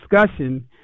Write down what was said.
discussion